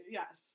yes